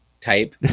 type